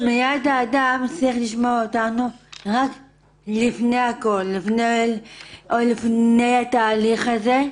שמיעת האדם צריך לשמור אותנו מפני הכל או לפני התהליך הזה.